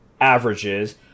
averages